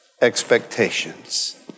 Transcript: expectations